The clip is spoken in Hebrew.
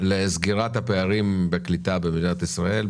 לסגירת הפערים בקליטה במדינת ישראל,